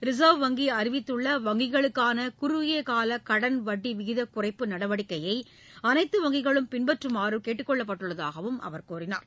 ரிள்வ் வங்கி அறிவித்துள்ள வங்கிகளுக்கான குறுகியகால கடன் வட்டி விகிதக் குறைப்பு நடவடிக்கையை அனைத்து வங்கிகளும் பின்பற்றுமாறு கேட்டுக் கொள்ளப்பட்டுள்ளதாக அவர் தெரிவித்தார்